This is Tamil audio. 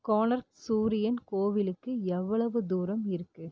கோனர்க் சூரியன் கோவிலுக்கு எவ்வளவு தூரம் இருக்கு